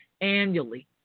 annually